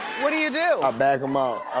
what do you do? i back um ah